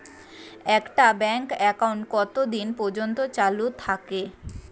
একটা bank account কতদিন পর্যন্ত চালু থাকে?